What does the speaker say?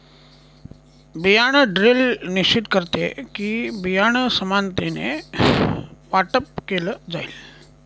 बियाण ड्रिल निश्चित करते कि, बियाणं समानतेने वाटप केलं जाईल